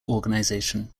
organization